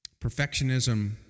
Perfectionism